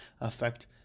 affect